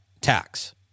tax